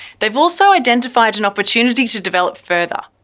they've also identified an opportunity to develop further.